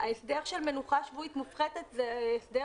ההסדר של מנוחה שבועית מופחתת זה הסדר